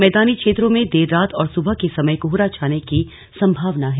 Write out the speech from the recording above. मैदानी क्षेत्रों में देर रात और सुबह के समय कोहरा छाने की संभावना है